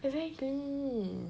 exactly